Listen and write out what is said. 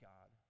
God